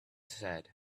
said